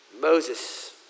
Moses